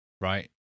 right